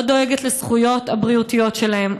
לא דואגת לזכויות הבריאותיות שלהם,